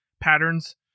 patterns